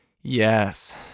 Yes